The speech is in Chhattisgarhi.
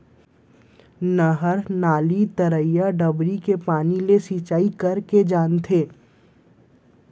नहर, नाली, तरिया, डबरी के पानी ले सिंचाई करे जाथे